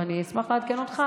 ואני אשמח לעדכן אותך.